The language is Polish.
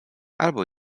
albo